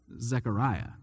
Zechariah